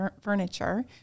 Furniture